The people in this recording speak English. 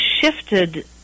shifted